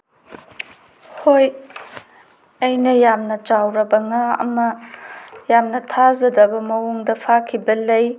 ꯍꯣꯏ ꯑꯩꯅ ꯌꯥꯝꯅ ꯆꯥꯎꯔꯕ ꯉꯥ ꯑꯃ ꯌꯥꯝꯅ ꯊꯥꯖꯗꯕ ꯃꯑꯣꯡꯗ ꯐꯥꯈꯤꯕ ꯂꯩ